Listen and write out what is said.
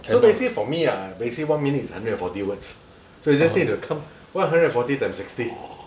so basically for me ah they say one minute is one hundred and forty words so you just need to count one hundred and forty times sixteen